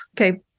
okay